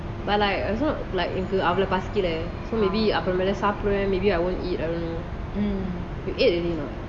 but like also like என்னக்கு அவ்ளோ பாசிகளை:ennaku avlo pasikala so maybe அப்ரோமேடு சாப்பிடுவான்:aprometu sapduvan maybe I won't eat I don't know you ate already not